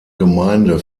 gemeinde